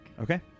Okay